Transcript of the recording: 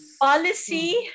policy